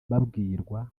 babwirwa